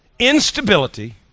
instability